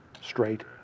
straight